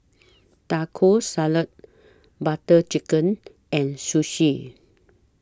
Taco Salad Butter Chicken and Sushi